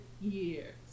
years